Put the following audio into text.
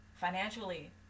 financially